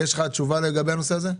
יש לך תשובה לגבי הנושא הזה?